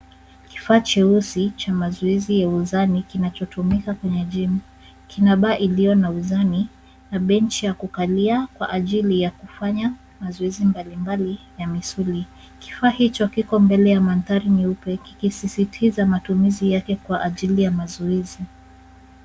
Kifaa cheusi cha mazoezi ya uzani kinachotumika kwenye jimu. Kina baa iliyo na uzani na benchi ya kukalia kwa ajili ya kufanya mazoezi mbalibali ya misuli. Kifaa hicho kiko mbele ya mandhari nyeupe kikisisitiza matumizi yake kwa ajili ya mazoezi.